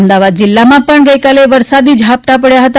અમદાવાદ જિલ્લામાં પણ વરસાદી ઝાપટાં પડ્યા હતા